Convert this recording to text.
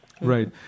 Right